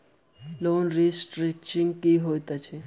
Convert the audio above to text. Loan restructuring की होइत अछि?